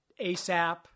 ASAP